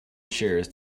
shares